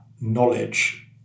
knowledge